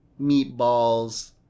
Meatballs